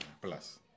plus